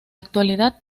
actualidad